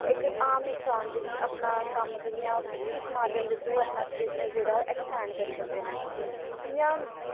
इक आम इंसान दी कि अपना कम्म कि'यां किस माध्यम दे थ्रू अपना कम्म जेह्ड़ा अक्सपैंड़ करी सकदे न जि'यां